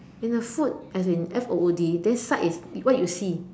in the food as in F O O D and sight is what you see